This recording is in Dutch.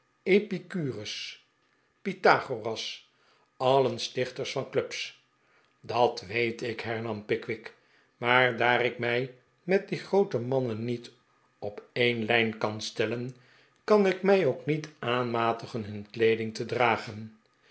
epicurus pythagoras alien stichters van clubs dat weet ik hernam pickwick maar daar ik mij met die groote mannen niet op een lijn kan stellen kan ik mij ook niet aanmatigen hun kleeding te dragen